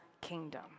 kingdom